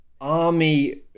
army